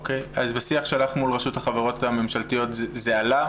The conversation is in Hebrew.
ובשיח שלך מול רשות החברות הממשלתיות זה עלה?